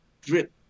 drip